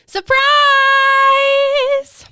Surprise